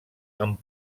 amb